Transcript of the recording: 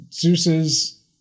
Zeus's